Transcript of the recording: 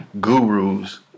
gurus